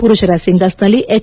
ಪುರುಷರ ಸಿಂಗಲ್ಸ್ನಲ್ಲಿ ಎಚ್